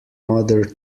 mother